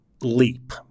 leap